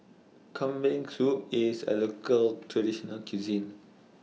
Kambing Soup IS A Local Traditional Cuisine